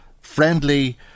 friendly